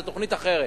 זה תוכנית אחרת.